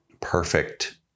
perfect